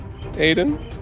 Aiden